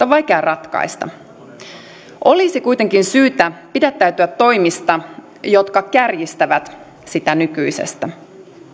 on vaikea ratkaista olisi kuitenkin syytä pidättäytyä toimista jotka kärjistävät sitä nykyisestä